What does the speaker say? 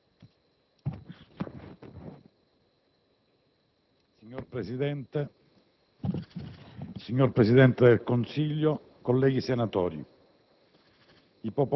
signor Presidente del Consiglio, colleghi senatori,